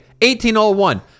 1801